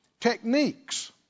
techniques